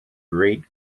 great